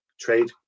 trade